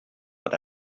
but